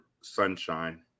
sunshine